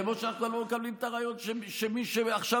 כמו שאנחנו לא מקבלים את הרעיון שמי שעכשיו